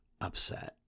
upset